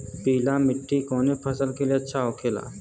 पीला मिट्टी कोने फसल के लिए अच्छा होखे ला?